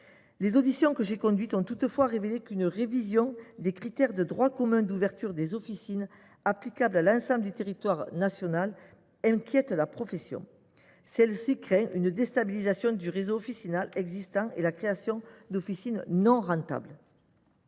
les auditions que j’ai conduites ont toutefois révélé qu’une révision des critères de droit commun d’ouverture des officines, applicables à l’ensemble du territoire national, inquiète les pharmaciens. Ces derniers redoutent la déstabilisation du réseau officinal existant et la création d’officines non rentables.